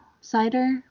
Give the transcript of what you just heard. cider